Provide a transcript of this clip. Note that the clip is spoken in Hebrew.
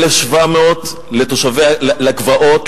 1,700 לגבעות,